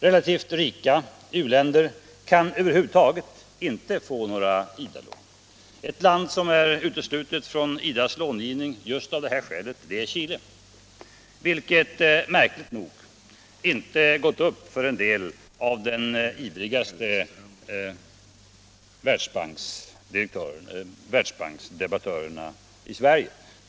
Relativt rika u-länder kan över huvud taget inte få några IDA-lån. Ett land som är uteslutet från IDA:s långivning just av detta skäl är Chile, vilket märkligt nog inte gått upp för en del av de ivrigaste världsbanksdebattörerna i Sverige.